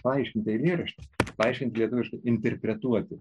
paaiškint eilėraštį paaiškinti lietuviškai interpretuoti